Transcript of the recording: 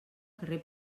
carrer